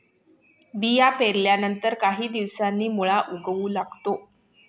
बिया पेरल्यानंतर काही दिवसांनी मुळा उगवू लागतो